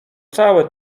całe